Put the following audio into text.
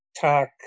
talk